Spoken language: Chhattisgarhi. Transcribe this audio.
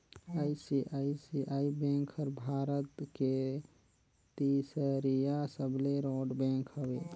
आई.सी.आई.सी.आई बेंक हर भारत के तीसरईया सबले रोट बेंक हवे